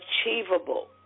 achievable